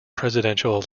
presidential